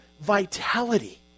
vitality